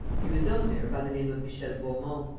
he was known there by the name of michel beaumont.